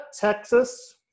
Texas